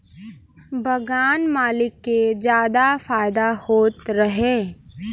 बगान मालिक के जादा फायदा होत रहे